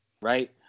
right